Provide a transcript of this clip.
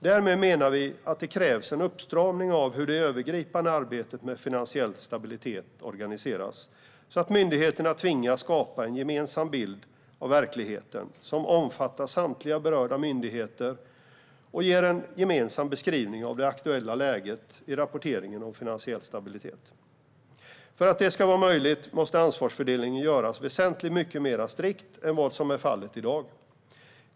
Därför menar vi att det krävs en uppstramning av hur det övergripande arbetet med finansiell stabilitet organiseras, så att myndigheterna tvingas att skapa en gemensam bild av verkligheten som omfattar samtliga berörda myndigheter och ger en gemensam beskrivning av det aktuella läget i rapporteringen om finansiell stabilitet. För att det ska vara möjligt måste ansvarsfördelningen göras väsentligt mycket mera strikt än vad som är fallet i dag.